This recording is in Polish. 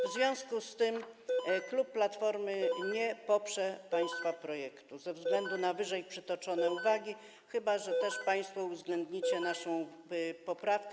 W związku z tym klub Platformy nie poprze państwa projektu ze względu na wyżej przytoczone uwagi, chyba że państwo uwzględnicie naszą poprawkę.